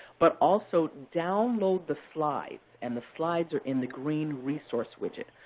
but also, download the slides, and the slides are in the green resource widget.